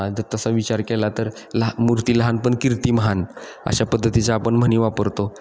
तर तसा विचार केला तर लहान मूर्ती लहान पण कीर्ती महान अशा पद्धतीचे आपण म्हणी वापरतो